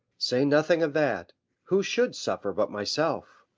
say nothing of that who should suffer but myself?